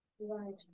Right